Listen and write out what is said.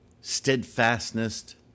steadfastness